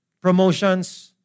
Promotions